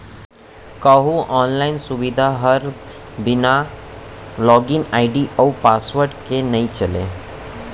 कोहूँ आनलाइन सुबिधा हर बिना लॉगिन आईडी अउ पासवर्ड के नइ चलय